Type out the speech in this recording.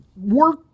work